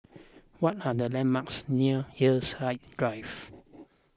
what are the landmarks near Hillside Drive